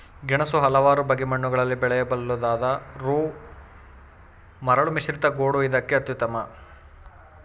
ಗೆಣಸು ಹಲವಾರು ಬಗೆ ಮಣ್ಣುಗಳಲ್ಲಿ ಬೆಳೆಯಬಲ್ಲುದಾದರೂ ಮರಳುಮಿಶ್ರಿತ ಗೋಡು ಇದಕ್ಕೆ ಅತ್ಯುತ್ತಮ